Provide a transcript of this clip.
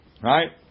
Right